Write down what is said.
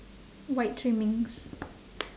white trimmings